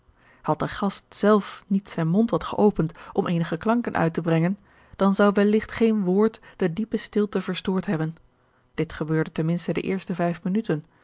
had de gast zelf niet zijnen mond wat geopend om eenige klanken uit te brengen dan zou welligt geen woord de diepe stilte verstoord hebben dit gebeurde ten minste de eerste vijf minuten